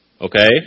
Okay